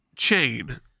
chain